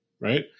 right